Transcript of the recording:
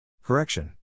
Correction